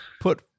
Put